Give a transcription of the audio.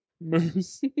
Moose